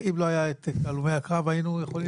אם לא היו הלומי הקרב היינו יכולים